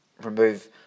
remove